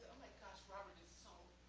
my gosh, robert is so